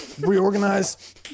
Reorganize